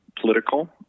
political